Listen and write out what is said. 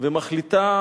ומחליטה